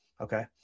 Okay